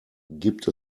gibt